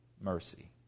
mercy